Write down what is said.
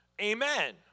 Amen